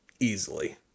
easily